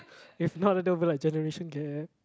if not there will be like generation gap